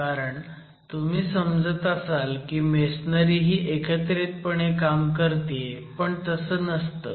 कारण तुम्ही समजत असाल की मेसनरी ही एकत्रितपणे काम करतीये पण तसं नसतं